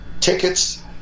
tickets